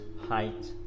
height